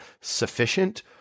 sufficient